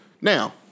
Now